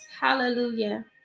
Hallelujah